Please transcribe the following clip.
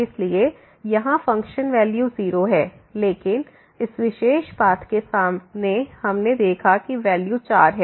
इसलिए यहां function value 0 है लेकिन इस विशेष पाथ के साथ हमने देखा है कि वैल्यू 4 है